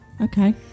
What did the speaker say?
Okay